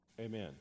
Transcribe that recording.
amen